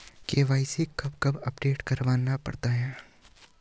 KYC कब कब update करवाना पड़ता है?